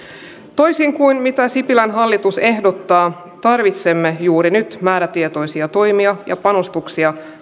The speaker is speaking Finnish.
toisin kuin mitä sipilän hallitus ehdottaa tarvitsemme juuri nyt määrätietoisia toimia ja panostuksia